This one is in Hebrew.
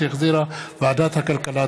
שהחזירה ועדת הכלכלה.